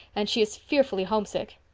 and she is fearfully homesick.